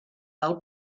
del